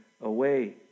away